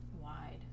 wide